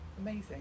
amazing